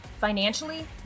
financially